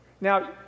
Now